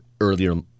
earlier